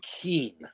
keen